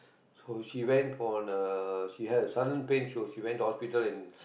so she went for the she had a sudden pain so she went to hospital and